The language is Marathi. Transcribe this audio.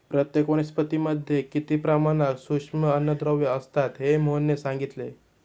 प्रत्येक वनस्पतीमध्ये किती प्रमाणात सूक्ष्म अन्नद्रव्ये असतात हे मोहनने सांगितले